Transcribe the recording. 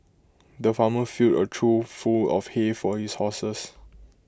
the farmer filled A trough full of hay for his horses